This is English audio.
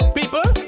People